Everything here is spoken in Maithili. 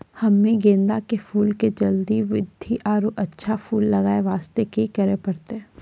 हम्मे गेंदा के फूल के जल्दी बृद्धि आरु अच्छा फूल लगय वास्ते की करे परतै?